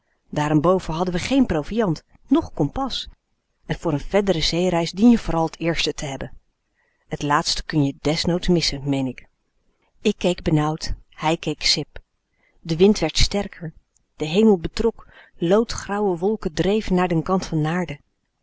daarenboven hadden we geen proviand nch kompas en voor n verdere zeereis dien je vooral t eerste te hebben t laatste kun je desnoods missen meen ik ik keek benauwd hij keek sip de wind werd sterker de hemel betrok loodgrauwe wolken dreven naar den kant van naarden